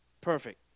Perfect